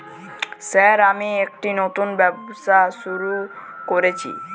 Sir আমি একটি নতুন ব্যবসা শুরু করেছি?